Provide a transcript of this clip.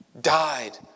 died